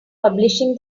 publishing